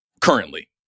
currently